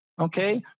Okay